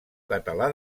català